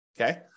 Okay